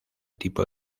tipo